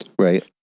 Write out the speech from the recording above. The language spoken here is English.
Right